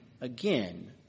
again